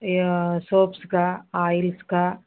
సోప్స్కా ఆయిల్స్కా